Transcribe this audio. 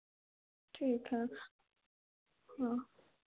ठीक है हाँ हाँ